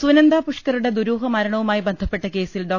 സുനന്ദപുഷ്കറുടെ ദുരൂഹ മരണവുമായി ബന്ധപ്പെട്ട കേസിൽ ഡോ